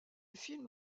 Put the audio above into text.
film